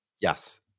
Yes